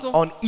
on